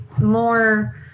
more